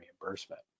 reimbursement